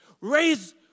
Raise